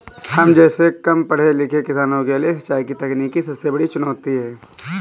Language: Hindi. हम जैसै कम पढ़े लिखे किसानों के लिए सिंचाई की तकनीकी सबसे बड़ी चुनौती है